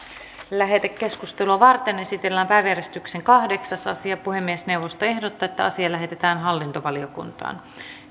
lähetekeskustelua varten esitellään päiväjärjestyksen kahdeksas asia puhemiesneuvosto ehdottaa että asia lähetetään hallintovaliokuntaan